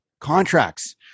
contracts